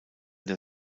der